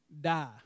die